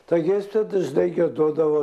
tą giesmę dažnai giedodavau